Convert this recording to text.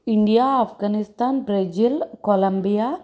India Afghanistan Brazil Colombia